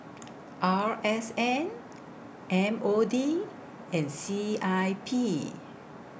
R S N M O D and C I P